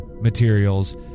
materials